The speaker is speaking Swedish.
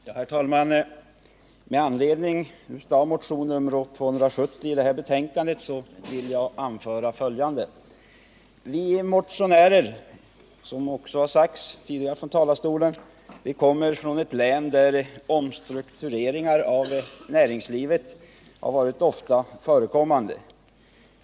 Herr talman! Med anledning av motion nr 270, som behandlas i detta betänkande, vill jag anföra följande. Vi motionärer kommer — som också har sagts tidigare från talarstolen — från ett län där omstruktureringar av näringslivet varit ofta förekommande.